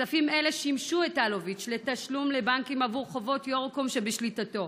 כספים אלה שימשו את אלוביץ' לתשלום לבנקים עבור חובות יורוקום שבשליטתו.